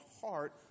heart